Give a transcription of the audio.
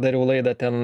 dariau laidą ten